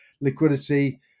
liquidity